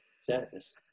status